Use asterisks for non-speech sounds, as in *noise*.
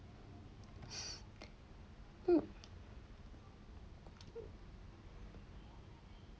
*breath* mm